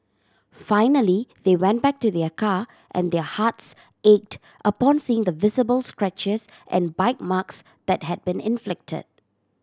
finally they went back to their car and their hearts ached upon seeing the visible scratches and bite marks that had been inflicted